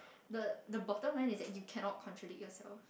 the the bottom line is you cannot contradict yourself